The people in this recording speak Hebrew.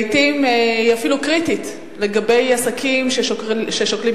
לעתים היא אפילו קריטית לגבי עסקים ששוקלים